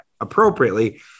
appropriately